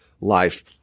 life